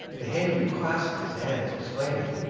the hindoo clasped his hands, exclaiming,